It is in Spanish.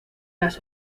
las